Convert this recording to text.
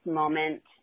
moment